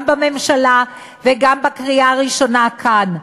גם בממשלה וגם בקריאה הראשונה כאן.